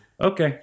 Okay